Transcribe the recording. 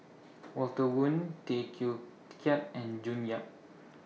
Walter Woon Tay Teow Kiat and June Yap